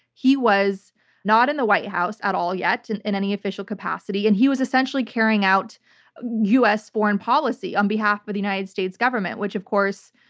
he was not in the white house at all yet and in any official capacity, and he was essentially carrying out us foreign policy on behalf of the united states government, which of course,